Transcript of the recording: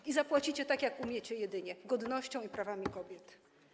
I zapłacicie tak, jak umiecie jedynie: godnością i prawami kobiet.